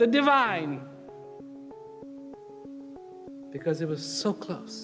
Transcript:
the divine because it was so close